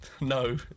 No